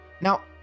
Now